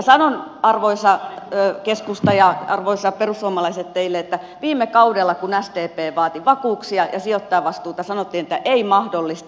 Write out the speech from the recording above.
sanon arvoisa keskusta ja arvoisat perussuomalaiset teille että viime kaudella kun sdp vaati vakuuksia ja sijoittajavastuuta sanottiin että ei mahdollista